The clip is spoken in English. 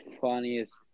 funniest